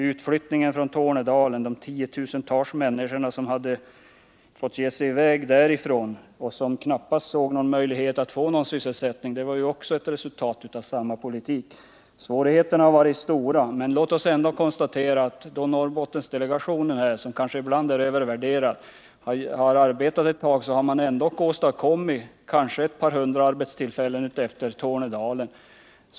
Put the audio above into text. Utflyttningen från Tornedalen, de tiotusentals människor som fick ge sig i väg därifrån därför att de knappast såg någon möjlighet att få sysselsättning, är också ett resultat av samma politik. Svårigheterna har varit stora, men låt oss ändå konstatera att nu när Norrbottensdelegationen - som kanske ibland blivit övervärderad — har arbetat ett tag har den trots allt åstadkommit kanske ett par hundra arbetstillfällen utefter Tornedalen.